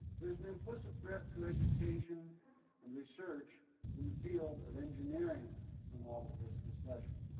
there is an implicit threat to education and research in the field of engineering in all of this discussion.